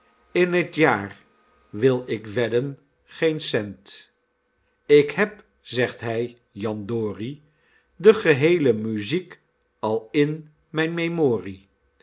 in t jaar wil ik wedden geen cent ik heb zegt hy jandorie de geheele muziek al in mijn memorie